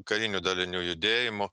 karinių dalinių judėjimu